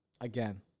again